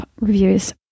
reviews